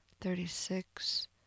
thirty-six